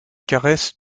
caresses